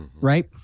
Right